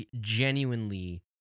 genuinely